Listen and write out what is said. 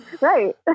Right